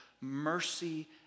mercy